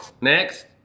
Next